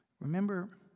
Remember